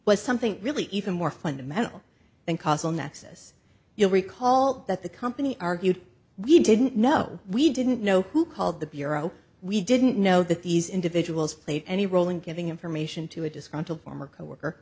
was something really even more fundamental than causal nexus you'll recall that the company argued we didn't know we didn't know who called the bureau we didn't know that these individuals played any role in giving information to a disgruntled former coworker